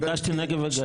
ביקשתי נגב וגליל.